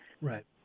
Right